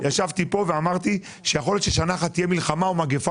ישבתי כאן ואמרתי שיכול להיות ששנה אחת תהיה מלחמה או מגפה